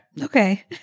Okay